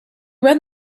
read